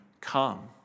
come